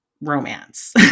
romance